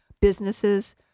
businesses